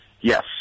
Yes